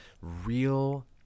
real